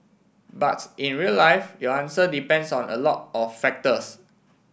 but in real life your answer depends on a lot of factors